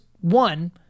one